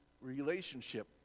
relationship